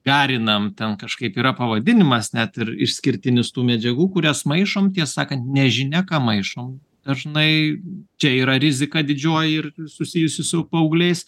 pereinam ten kažkaip yra pavadinimas net ir išskirtinis tų medžiagų kurias maišom tiesą sakant nežinia ką maišom dažnai čia yra rizika didžioji ir susijusi su paaugliais